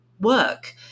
work